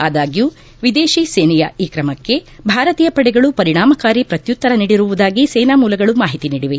ಆದಾಗ್ದೂ ವಿದೇಶಿ ಸೇನೆಯ ಈ ಕ್ರಮಕ್ಕೆ ಭಾರತೀಯ ಪಡೆಗಳು ಪರಿಣಾಮಕಾರಿ ಪ್ರತ್ಯುತ್ತರ ನೀಡಿರುವುದಾಗಿ ಸೇನಾ ಮೂಲಗಳು ಮಾಹಿತಿ ನೀಡಿವೆ